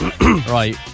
Right